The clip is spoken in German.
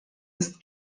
ist